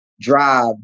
drive